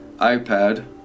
iPad